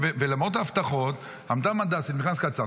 ולמרות ההבטחות עמדה מד"סית עם מכנס קצר.